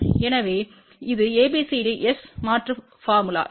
எனவே இது ABCD S மாற்று போர்முலா